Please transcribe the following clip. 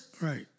right